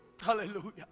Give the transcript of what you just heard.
Hallelujah